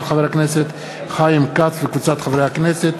של חבר הכנסת חיים כץ וקבוצת חברי הכנסת.